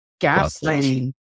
Gaslighting